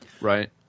right